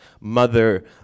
mother